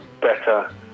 better